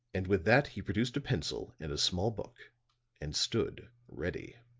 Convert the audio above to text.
and with that he produced a pencil and a small book and stood ready.